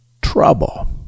trouble